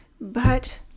But